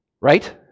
right